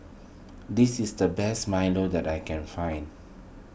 this is the best Milo that I can find